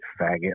faggot